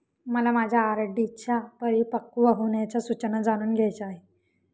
मला माझ्या आर.डी च्या परिपक्व होण्याच्या सूचना जाणून घ्यायच्या आहेत